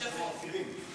שפירים?